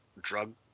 drug